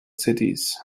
cities